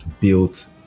built